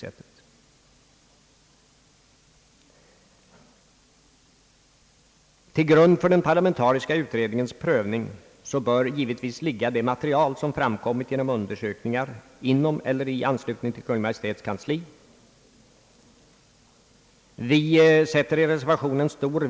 Till grund för den par lamentariska utredningens prövning bör givetvis ligga det material som har framkommit genom undersökningar inom eller i anslutning till Kungl. Maj:ts kansli.